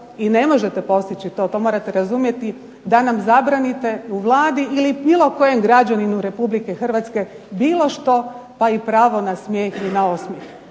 i ne možete postići to to morate razumjeti da nam zabranite u Vladi ili bilo kojem građaninu Republike Hrvatske bilo što pa i pravo na smijeh ili na osmijeh.